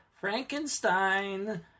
Frankenstein